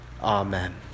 amen